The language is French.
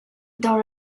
dans